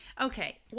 Okay